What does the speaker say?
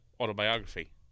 autobiography